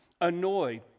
annoyed